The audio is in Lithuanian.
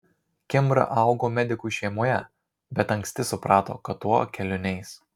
kimbra augo medikų šeimoje bet anksti suprato kad tuo keliu neis